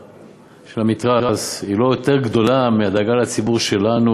המתרס היא לא יותר גדולה מהדאגה לציבור שלנו,